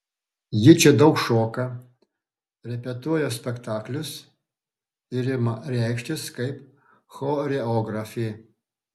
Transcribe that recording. ji čia daug šoka repetuoja spektaklius ir ima reikštis kaip choreografė